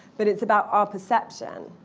but it's about our perception.